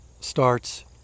starts